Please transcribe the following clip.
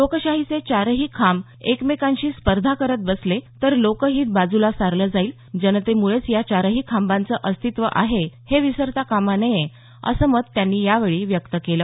लोकशाहीचे चारही खांब एकमेकांशी स्पर्धा करत बसले तर लोकहित बाजूला सारलं जाईल जनतेमुळेच या चारही खांबांचं अस्तित्व आहे हे विसरता कामा नये असं मत त्यांनी यावेळी व्यक्त केलं